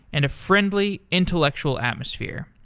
and a friendly, intellectual atmosphere.